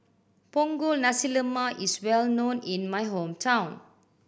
Punggol Nasi Lemak is well known in my hometown